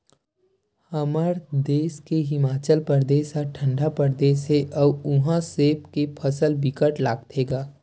हमर देस के हिमाचल परदेस ह ठंडा परदेस हे अउ उहा सेब के फसल बिकट लगाथे गा